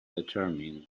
determined